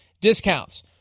discounts